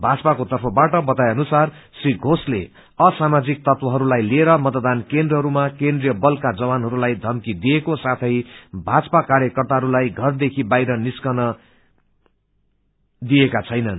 भाजपाको तर्फबाट बताइए अनुसार श्री घोषले असामाजिक तत्वहरूलाई लिएर मतदान केन्द्रहरूमा केन्द्रीय बलका जवानहरूलाई धम्की दिनको साथै भाजपा कार्यकर्ताहरूलाई घरहरूदेखि बाहिर निस्कन दिइरहेका छैनन्